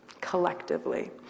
collectively